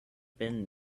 been